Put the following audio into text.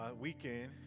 weekend